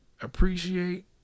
appreciate